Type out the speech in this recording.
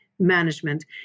management